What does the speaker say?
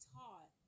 taught